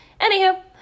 Anywho